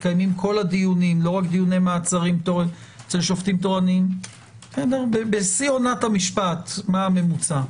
מתקיימים כל הדיונים לא רק דיוני מעצרים בשיא עונת המשפט מה הממוצע.